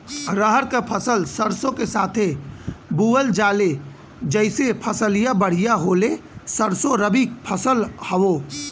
रहर क फसल सरसो के साथे बुवल जाले जैसे फसलिया बढ़िया होले सरसो रबीक फसल हवौ